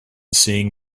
seeing